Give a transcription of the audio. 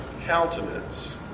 countenance